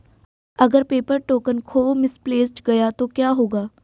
अगर paper token खो misplaced गया तो क्या होगा?